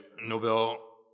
Nobel